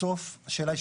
בסוף השאלה,